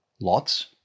lots